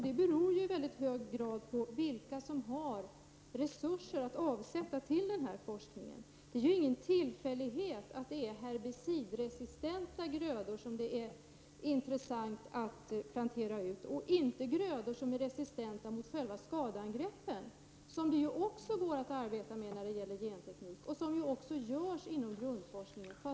Det beror i mycket hög grad på vilka som har resurser att avsätta till denna forskning. Det är ingen tillfällighet att det är herbicidresistenta grödor som det är intressant att plantera ut och inte grödor som är resistenta mot själva skadeangreppen, som det ju också går att arbeta med när det gäller genteknik, vilket också görs inom grundforskning.